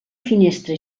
finestra